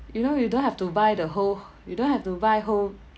you know you don't have to buy the whole you don't have to buy whole